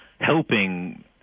helping